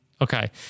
Okay